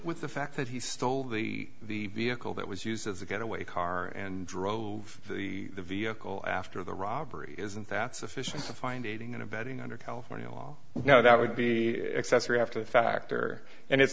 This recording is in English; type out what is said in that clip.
with the fact that he stole the the vehicle that was used as a getaway car and drove the vehicle after the robbery isn't that sufficient to find aiding and abetting under california law you know that would be accessory after the fact or and it's